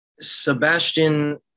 Sebastian